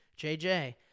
jj